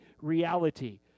reality